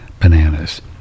bananas